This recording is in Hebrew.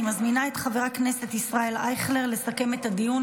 אני מזמינה את חבר הכנסת ישראל אייכלר לסכם את הדיון,